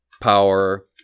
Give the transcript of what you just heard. power